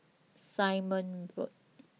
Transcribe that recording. Simon Road